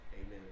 Amen